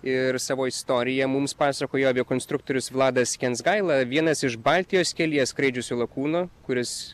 ir savo istoriją mums pasakojo aviakonstruktorius vladas kensgaila vienas iš baltijos kelyje skraidžiusių lakūnų kuris